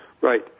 Right